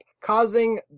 causing